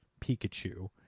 pikachu